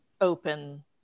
open